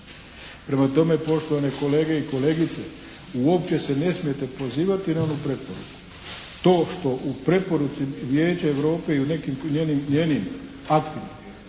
Prema tome poštovane kolege i kolegice, uopće se ne smijete pozivati na onu preporuku. To što u preporuci Vijeća Europe i u nekim njenim … /Govornik